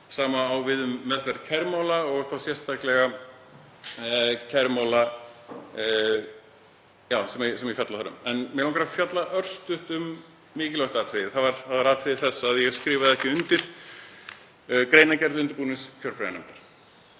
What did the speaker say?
Sama á við um meðferð kærumála og þá sérstaklega kærumála sem fjallað er um. En mig langar að fjalla örstutt um mikilvægt atriði. Það var aðalatriði þess að ég skrifaði ekki undir greinargerð undirbúningskjörbréfanefndar.